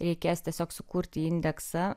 reikės tiesiog sukurti indeksą